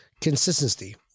Consistency